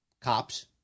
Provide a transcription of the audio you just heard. cops